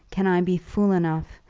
can i be fool enough,